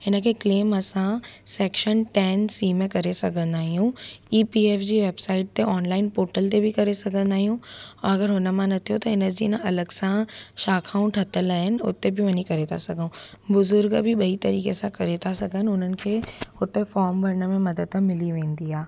हिन खे क्लेम असां सैक्शन टैन सी में करे सघंदा आयूं ई पी एफ जी वैबसाइट ते ऑनलाइन पोटल ते बि करे सघंदा आयूं ऐं अगरि हुन मां न थियो त हिन जी न अलॻि सां शाखाऊं ठहियलु आहिनि हुते बि वञी करे ता सघऊं बुज़ूर्ग बि ॿई तरीक़े सां करे था सघनि हुननि खे हुते फॉम भरण में मदद मिली वेंदी आहे